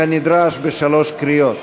אושרה כנדרש בשלוש קריאות.